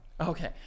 Okay